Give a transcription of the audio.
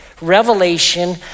Revelation